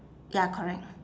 ya correct